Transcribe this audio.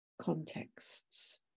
contexts